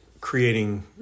creating